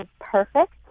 perfect